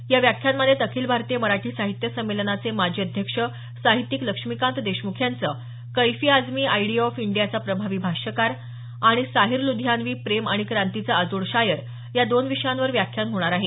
या व्याख्यानमालेत अखिल भारतीय मराठी साहित्य संमेलनाचे माजी अध्यक्ष साहित्यिक लक्ष्मीकांत देशमुख यांचं कैफी आजमी आयडिया ऑफ इंडियाचा प्रभावी भाष्यकार आणि साहिर लुधियानवी प्रेम आणि क्रांतीचा अजोड शायर या दोन विषयांवर व्याख्यान होणार आहे